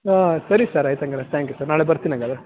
ಹಾಂ ಸರಿ ಸರ್ ಆಯ್ತು ಹಂಗಾರೆ ತ್ಯಾಂಕ್ ಯು ಸರ್ ನಾಳೆ ಬರ್ತಿನಿ ಹಂಗಾದ್ರೆ